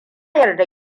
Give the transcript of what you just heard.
yarda